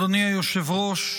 אדוני היושב-ראש,